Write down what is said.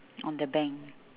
on the bank